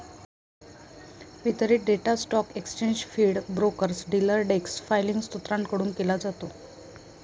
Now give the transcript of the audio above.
वितरित data stock exchange feed, brokers, dealer desk filing स्त्रोतांकडून गोळा केला जातो